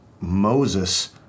Moses